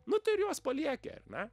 nu tai ir juos palieki ar ne